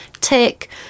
tick